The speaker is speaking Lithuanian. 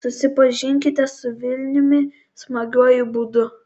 susipažinkite su vilniumi smagiuoju būdu